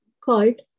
called